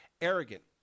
arrogant